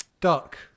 Duck